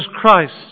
Christ